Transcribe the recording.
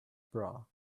bra